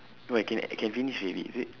why can can finish already is it